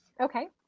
Okay